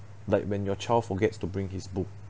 like when your child forgets to bring his book